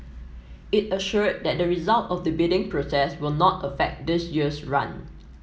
it assured that the result of the bidding process will not affect this year's run